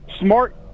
Smart